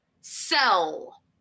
sell